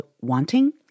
Wanting